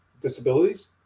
disabilities